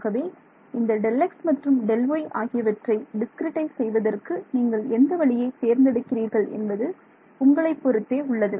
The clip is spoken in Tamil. ஆகவே இந்த Δx மற்றும் Δy ஆகியவற்றை டிஸ்கிரிட்டைஸ் செய்வதற்கு நீங்கள் எந்த வழியை தேர்ந்தெடுக்கிறீர்கள் என்பது உங்களை பொருத்தே உள்ளது